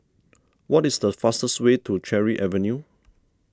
what is the fastest way to Cherry Avenue